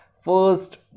first